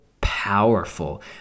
powerful